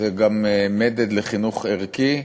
זה גם מדד לחינוך ערכי.